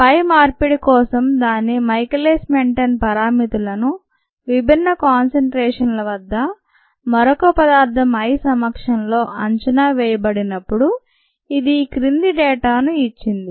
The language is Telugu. పై మార్పిడి కోసం దాని మైకేలిస్ మెంటేన్ పరామితులను విభిన్న కాన్సంట్రేషన్ల వద్ద మరొక పదార్థం I సమక్షంలో అంచనా వేయబడినప్పుడు ఇది ఈ క్రింది డేటాను ఇచ్చింది